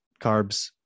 carbs